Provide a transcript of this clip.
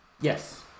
Yes